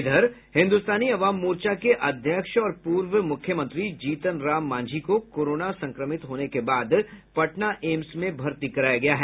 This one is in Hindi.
इधर हिन्दुस्तानी आवाम मोर्चा के अध्यक्ष और पूर्व मुख्यमंत्री जीतनराम मांझी को कोरोना संक्रमित होने के बाद पटना एम्स में भर्ती कराया गया है